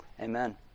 Amen